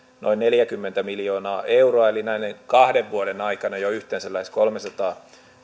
noin neljäkymmentä miljoonaa euroa eli näiden kahden vuoden aikana jo yhteensä lähes kolmesataa